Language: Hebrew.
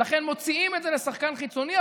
ולכן מוציאים את זה לשחקן חיצוני.